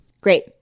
Great